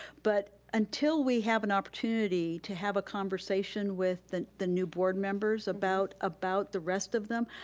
but until we have an opportunity to have a conversation with the the new board members about about the rest of them,